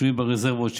שינויים ברזרבות,